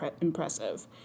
impressive